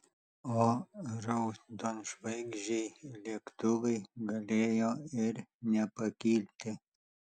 o raudonžvaigždžiai lėktuvai galėjo ir nepakilti